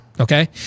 Okay